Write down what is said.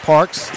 Parks